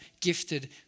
gifted